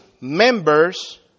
members